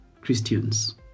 Christians